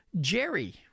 Jerry